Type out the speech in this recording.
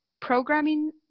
programming